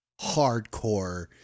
hardcore